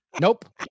Nope